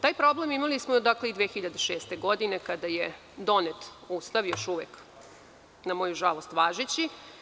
Taj problem imali smo i 2006. godine kada je donet Ustav, još uvek na moju žalost važeći.